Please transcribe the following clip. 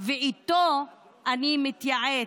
ואיתו אני מתייעץ.